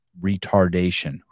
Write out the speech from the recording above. retardation